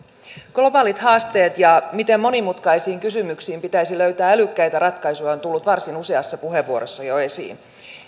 globaalit haasteet ja se miten monimutkaisiin kysymyksiin pitäisi löytää älykkäitä ratkaisuja ovat tulleet varsin useassa puheenvuorossa jo esiin